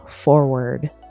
forward